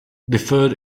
deferred